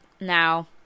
Now